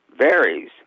varies